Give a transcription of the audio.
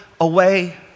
away